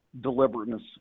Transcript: deliberateness